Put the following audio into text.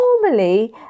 normally